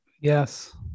Yes